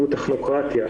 הוא טכנוקרטיה,